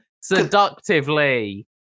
seductively